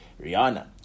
rihanna